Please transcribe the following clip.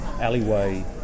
alleyway